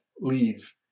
leave